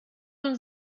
und